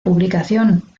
publicación